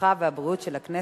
הרווחה והבריאות של הכנסת,